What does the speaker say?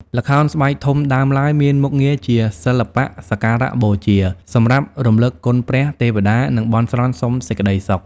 ល្ខោនស្បែកធំដើមឡើយមានមុខងារជាសិល្បៈសក្ការៈបូជា សម្រាប់រំលឹកគុណព្រះ ទេវតា និងបន់ស្រន់សុំសេចក្ដីសុខ ។